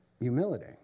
humility